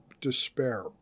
despair